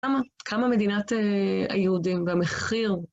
קמה מדינת היהודים, והמחיר.